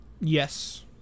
Yes